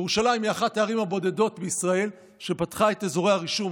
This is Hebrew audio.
ירושלים היא אחת הערים הבודדות בישראל שפתחה את אזורי הרישום,